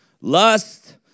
lust